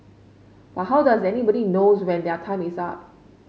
but how does anybody knows when their time is up